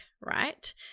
right